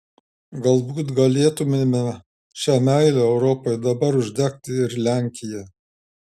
galbūt galėtumėme šia meile europai dabar uždegti ir lenkiją